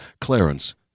Clarence